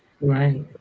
Right